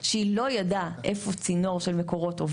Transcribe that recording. והיא לא ידעה איפה עובר הצינור של ׳מקורות׳,